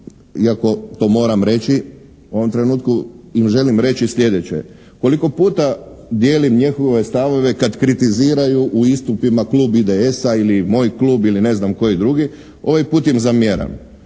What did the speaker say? iako to moram reći, u ovom trenutku im želim reći sljedeće: koliko puta dijelim njihove stavove kad kritiziraju u istupima Klub IDS-a ili moj klub ili ne znam koji drugi, ovaj put im zamjeram